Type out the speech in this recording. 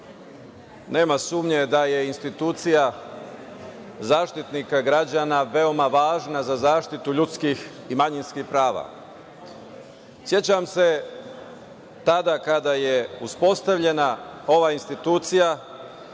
nema sumnje da je institucija Zaštitnika građana veoma važna za zaštitu ljudskih i manjinskih prava. Sećam se, tada kada je uspostavljena ova institucija,